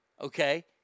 Okay